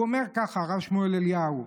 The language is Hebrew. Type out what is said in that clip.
והוא אומר כך, הרב שמואל אליהו: